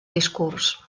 discurs